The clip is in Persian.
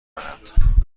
دارد